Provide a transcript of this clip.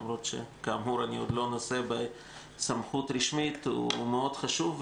למרות שכאמור אני עדיין לא נושא בסמכות רשמית הוא מאוד חשוב.